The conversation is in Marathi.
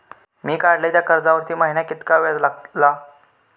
मी काडलय त्या कर्जावरती महिन्याक कीतक्या व्याज लागला?